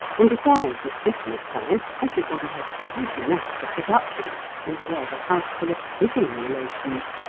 and besides, at christmas time, everybody has quite enough to put up with in the way of a houseful of living relations,